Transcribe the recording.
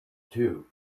two